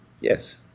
yes